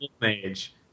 mage